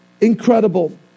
incredible